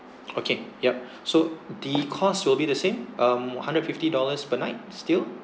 okay yup so the cost will be the same um hundred and fifty dollars per night still